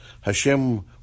Hashem